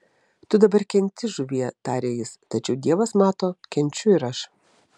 tu dabar kenti žuvie tarė jis tačiau dievas mato kenčiu ir aš